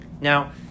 Now